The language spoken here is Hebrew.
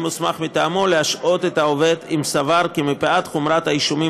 מוסמך מטעמו להשעות את העובד אם סבר כי מפאת חומרת האישומים